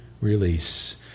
release